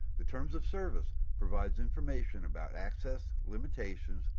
the terms of service provides information about access, limitations,